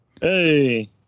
Hey